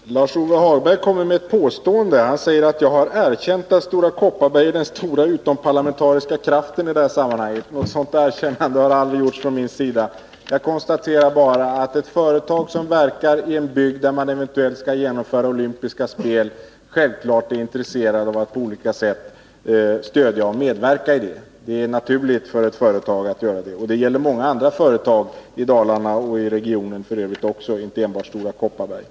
Herr talman! Lars-Ove Hagberg kommer med påståendet att jag har erkänt att Stora Kopparberg är den stora utomparlamentariska kraften i det här sammanhanget. Något sådant erkännande har aldrig gjorts från min sida. Jag konstaterar bara att ett företag som verkar i en bygd, där man eventuellt skall genomföra olympiska spel, självfallet är intresserat av att på olika sätt stödja och medverka i arrangemangen. Det är naturligt för ett företag att göra det, och det gäller många hundra företag i Dalarna och i regionen över huvud taget och inte enbart Stora Kopparberg.